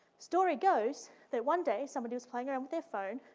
story goes that one day, somebody was playing around with their phone,